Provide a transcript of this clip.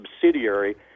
subsidiary